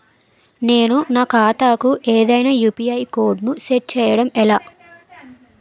నేను నా ఖాతా కు ఏదైనా యు.పి.ఐ కోడ్ ను సెట్ చేయడం ఎలా?